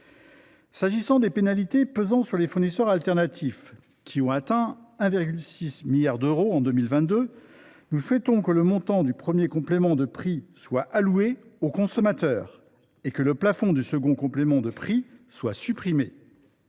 S’agissant des pénalités pesant sur les fournisseurs alternatifs, qui ont atteint 1,6 milliard d’euros en 2022, nous souhaitons que le montant du premier complément de prix soit alloué au consommateur et que le plafond du second complément de prix soit supprimé.